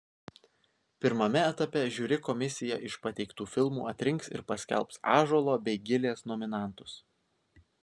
pirmame etape žiuri komisija iš pateiktų filmų atrinks ir paskelbs ąžuolo bei gilės nominantus